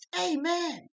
Amen